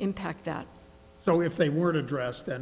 impact that so if they were to address th